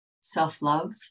self-love